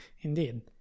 indeed